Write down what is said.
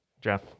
Jeff